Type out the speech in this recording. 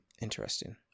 Interesting